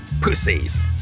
pussies